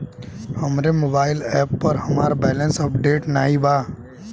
हमरे mobile app पर हमार बैलैंस अपडेट नाई बा